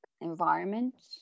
environment